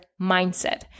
mindset